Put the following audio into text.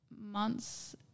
months